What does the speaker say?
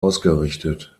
ausgerichtet